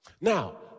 Now